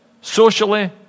socially